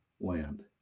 land